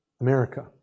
America